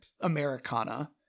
Americana